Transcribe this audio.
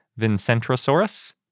Vincentrosaurus